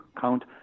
count